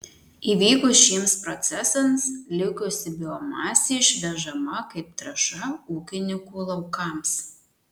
įvykus šiems procesams likusi biomasė išvežama kaip trąša ūkininkų laukams